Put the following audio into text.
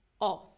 off